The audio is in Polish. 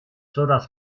coraz